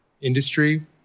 industry